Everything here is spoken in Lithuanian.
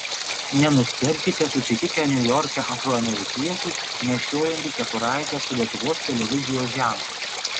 nenustebkite susitikę niujorke afroamerikietį nešiojantį kepuraitę su lietuvos televizijos ženklu